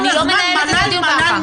איך הרשות מקבלת את האינפורמציה?